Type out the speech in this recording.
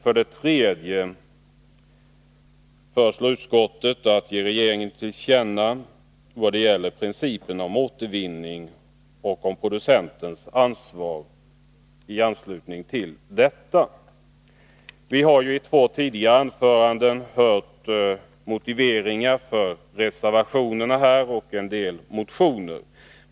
För det tredje föreslår utskottet att regeringen ges till känna vad utskottet anfört om principerna för återvinning och producentens ansvar i det avseendet. Vi har i två tidigare anföranden hört motiveringar för reservationerna och en del motioner.